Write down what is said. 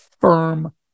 firm